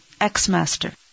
ex-master